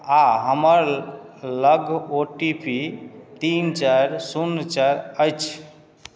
आ हमर लग ओ टी पी तीन चारि शून्य चारि अछि